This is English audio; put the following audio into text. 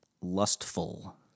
lustful